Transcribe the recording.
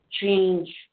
change